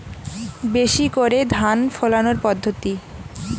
বেশি করে ধান ফলানোর পদ্ধতি?